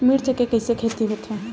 मिर्च के कइसे खेती होथे?